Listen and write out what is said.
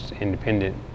independent